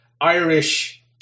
Irish